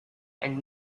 and